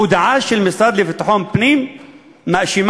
הודעה של המשרד לביטחון פנים מאשימה